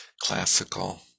classical